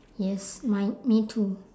yes mine me too